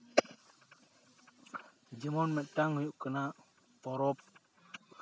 ᱡᱮᱢᱚᱱ ᱢᱮᱫᱴᱟᱝ ᱦᱩᱭᱩᱜ ᱠᱟᱱᱟ ᱯᱚᱨᱚᱵᱽ